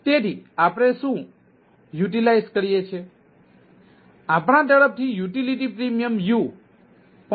તેથી આપણે શું યુટિલાઇસ કરીએ છીએ તેથી આપણા તરફથી યુટિલિટી પ્રીમિયમ U 0